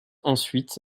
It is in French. ensuite